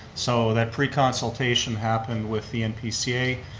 so that pre-consultation happened with the npca,